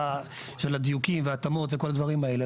של הדיוקים וההתאמות וכל הדברים האלה ,